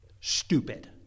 Stupid